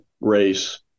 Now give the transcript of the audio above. race